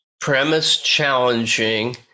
premise-challenging